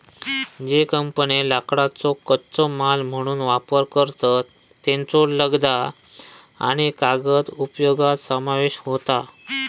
ज्ये कंपन्ये लाकडाचो कच्चो माल म्हणून वापर करतत, त्येंचो लगदा आणि कागद उद्योगात समावेश होता